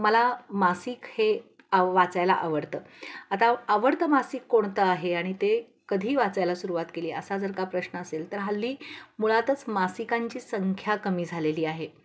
मला मासिक हे आव वाचायला आवडतं आता आवडतं मासिक कोणतं आहे आणि ते कधी वाचायला सुरुवात केली असा जर का प्रश्न असेल तर हल्ली मुळातच मासिकांची संख्या कमी झालेली आहे